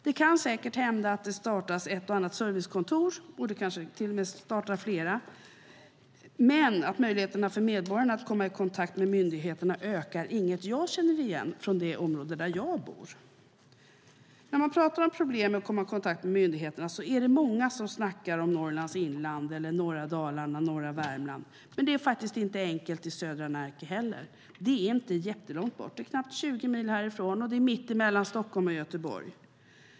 Det kan säkert hända att det startas ett och annat servicekontor, det kanske till och med startas flera, men att möjligheten för medborgarna att komma i kontakt med myndigheterna skulle öka är inget som jag känner igen från det område där jag bor. När man talar om problemen med att komma i kontakt med myndigheter är det många som tar upp Norrlands inland, norra Dalarna och norra Värmland, men det är faktiskt inte lätt i södra Närke heller. Det ligger inte jättelångt bort, knappt 20 mil härifrån, mitt emellan Stockholm och Göteborg.